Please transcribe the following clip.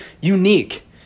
unique